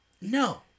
No